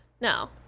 No